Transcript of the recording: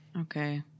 Okay